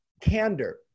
candor